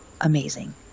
amazing